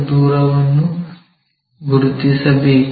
ದೂರವನ್ನು ಗುರುತಿಸಬೇಕು